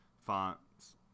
fonts